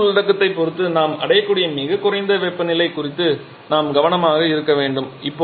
எரிபொருள் உள்ளடக்கத்தைப் பொறுத்து நாம் அடையக்கூடிய மிகக் குறைந்த வெப்பநிலை குறித்து நாம் கவனமாக இருக்க வேண்டும்